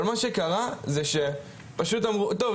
אבל מה שקרה זה שפשוט אמרו - טוב,